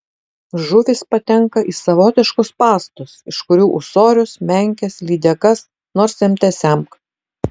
žuvys patenka į savotiškus spąstus iš kurių ūsorius menkes lydekas nors semte semk